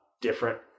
Different